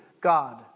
God